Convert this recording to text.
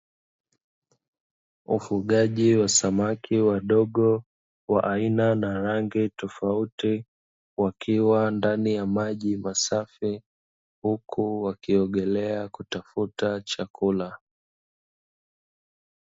Ufugaji wa samaki wadogo wa aina na rangi tofauti wakiwa ndani ya maji masafi huku wakiogelea kutafuta chakula.